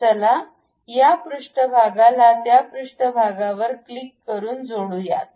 तर चला या पृष्ठभागाला त्या पृष्ठभागावर क्लिक करू जोडू या